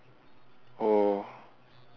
or